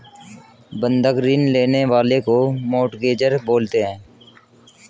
बंधक ऋण लेने वाले को मोर्टगेजेर बोलते हैं